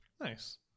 Nice